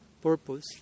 purpose